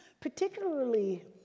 particularly